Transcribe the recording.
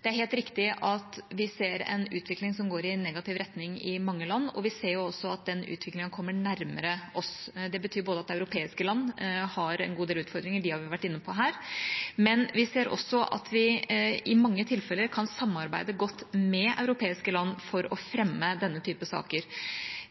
det er helt riktig at vi ser en utvikling som går i negativ retning i mange land, og vi ser også at den utviklingen kommer nærmere oss. Det betyr at europeiske land har en god del utfordringer – dem har vi vært inne på her. Men vi ser også at vi i mange tilfeller kan samarbeide godt med europeiske land for å fremme denne type saker.